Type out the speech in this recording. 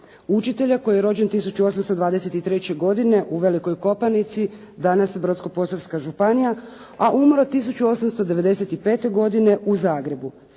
učitelja koji je rođen 1823. godine u Velikoj Kopanici, danas Brodsko-posavska županija, a umro 1895. godine u Zagrebu.